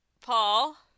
Paul